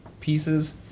pieces